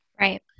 Right